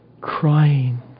crying